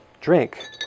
drink